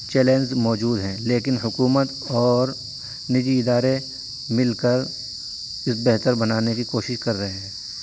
challenge موجود ہیں لیکن حکومت اور نجی ادارے مل کر بہتر بنانے کی کوشش کر رہے ہیں